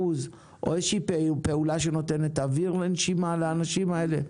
או איזו שהיא פעולה שנותנת אוויר לנשימה לאנשים האלה?